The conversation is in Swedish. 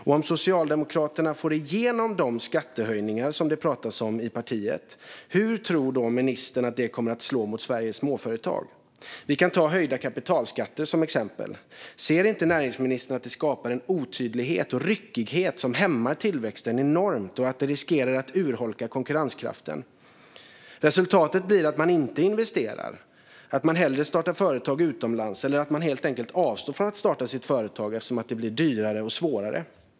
Och om Socialdemokraterna får igenom de skattehöjningar som det pratas om i partiet, hur tror ministern att det kommer att slå mot Sveriges småföretag? Vi kan ta höjda kapitalskatter som exempel. Ser inte näringsministern att det skapar en otydlighet och ryckighet som hämmar tillväxten enormt och att det riskerar att urholka konkurrenskraften? Resultatet blir att man inte investerar, att man hellre startar företag utomlands eller att man helt enkelt avstår från att starta företag eftersom det blir dyrare och svårare.